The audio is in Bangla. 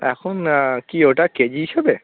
এখন কী ওটা কেজি হিসাবে